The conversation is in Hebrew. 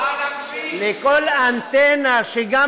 גם שעל הכביש,